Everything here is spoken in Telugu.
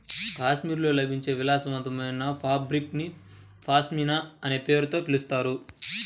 కాశ్మీర్లో లభించే విలాసవంతమైన ఫాబ్రిక్ ని పష్మినా అనే పేరుతో పిలుస్తారు